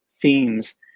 themes